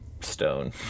stone